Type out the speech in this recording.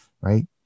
right